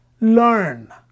learn